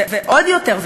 ועוד יותר,